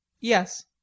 Yes